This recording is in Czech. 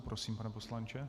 Prosím, pane poslanče.